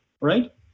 right